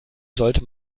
sollte